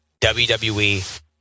WWE